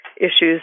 issues